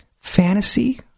Fantasy